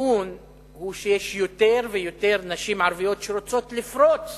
והכיוון הוא שיש יותר ויותר נשים ערביות שרוצות לפרוץ